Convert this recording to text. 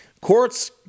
Courts